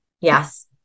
Yes